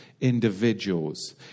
individuals